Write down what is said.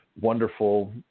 wonderful